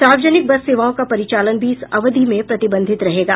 सार्वजनिक बस सेवाओं का परिचालन भी इस अवधि में प्रतिबंधित रहेगा